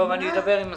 אני אדבר עם השר.